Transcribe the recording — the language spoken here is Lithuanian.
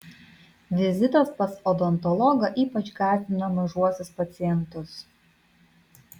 vizitas pas odontologą ypač gąsdina mažuosius pacientus